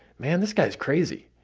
man, this guy's crazy.